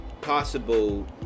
Possible